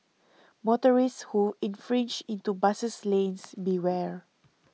motorists who infringe into bus lanes beware